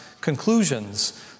conclusions